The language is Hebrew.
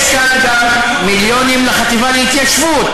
יש שם גם מיליונים לחטיבה להתיישבות.